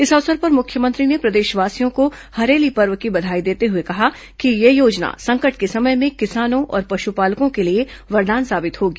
इस अवसर पर मुख्यमंत्री ने प्रदेशवासियों को हरेली पर्व की बधाई देते हुए कहा कि यह योजना संकट के समय में किसानों और पशुपालकों के लिए वरदान साबित होगी